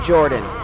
Jordan